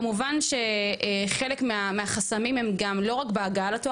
כמובן שחלק מהחסמים הם לא רק בהגעה לתואר